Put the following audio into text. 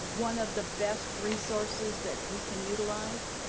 one of the best resources that we can utilize,